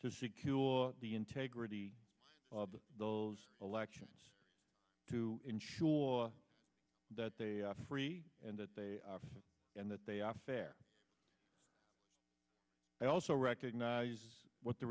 to secure the integrity of those elections to ensure that they are free and that they are fair and that they are fair and also recognize what the